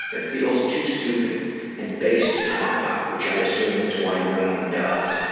it feels too stupid and base to talk about, which i assume is why no one does.